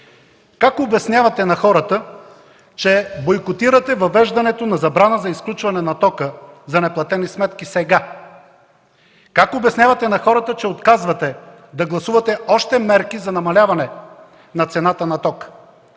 Как обяснявате на хората, че бойкотирате въвеждането на забрана за изключване на тока за неплатени сметки сега? Как обяснявате на хората, че отказвате да гласувате още мерки за намаляване на цената на тока?